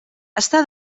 està